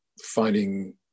finding